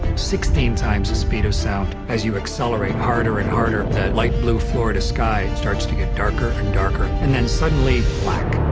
sixteen times the speed of sound. as you accelerate harder and harder, that light blue florida sky starts to get darker and darker. and then suddenly, black